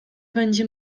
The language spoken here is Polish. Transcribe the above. będzie